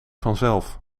vanzelf